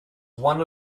one